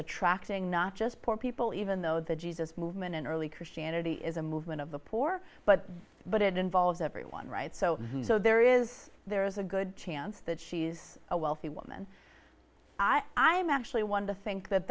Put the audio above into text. attracting not just poor people even though the jesus movement in early christianity is a movement of the poor but but it involves everyone right so so there is there is a good chance that she's a wealthy woman i'm actually one to think that